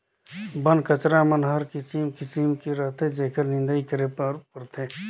बन कचरा मन हर किसिम किसिम के रहथे जेखर निंदई करे बर परथे